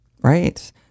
Right